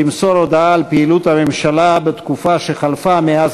למסור הודעה על פעילות הממשלה בתקופה שחלפה מאז